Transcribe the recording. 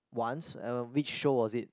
once uh which show was it